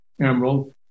emerald